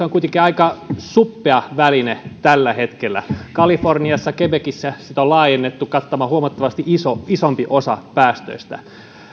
on kuitenkin aika suppea väline tällä hetkellä kaliforniassa ja quebecissä sitä on laajennettu kattamaan huomattavasti isompi osa päästöistä